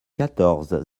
quatorze